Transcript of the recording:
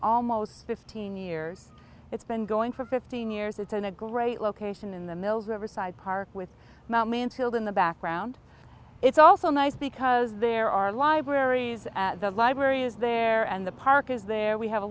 almost fifteen years it's been going for fifteen years it's been a great location in the mills riverside park with mt mansfield in the background it's also nice because there are libraries at the library is there and the park is there we have